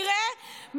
תראה,